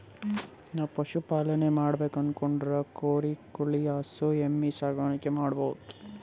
ನಾವ್ ಪಶುಪಾಲನೆ ಮಾಡ್ಬೇಕು ಅನ್ಕೊಂಡ್ರ ಕುರಿ ಕೋಳಿ ಹಸು ಎಮ್ಮಿ ಸಾಕಾಣಿಕೆ ಮಾಡಬಹುದ್